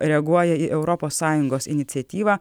reaguoja į europos sąjungos iniciatyvą